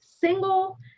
single